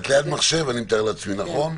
את ליד מחשב, אני מתאר לעצמי, נכון?